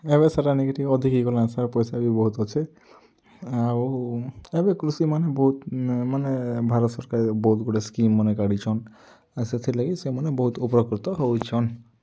ଏବେ ସେଟା ନେଇକେଁ ଟିକେ ଅଧିକ୍ ହେଇଗଲାନେ ସାର୍ ପଏସା ବି ବହୁତ୍ ଅଛେ ଆଉ ଏବେ କୃଷି ମାନେ ବହୁତ୍ ମାନେ ଭାରତ୍ ସର୍କାର୍ ବହୁତ୍ ଗୁଡ଼ାଏ ସ୍କିମ୍ମାନେ କାଢ଼ିଛନ୍ ଆର୍ ସେଥିର୍ଲାଗି ସେମାନେ ବହୁତ୍ ଉପକୃତ ହଉଛନ୍